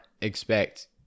expect